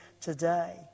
today